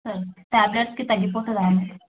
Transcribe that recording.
సరే టాబ్లెట్స్కి తగ్గిపోతుందా అండి